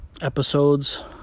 episodes